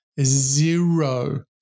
zero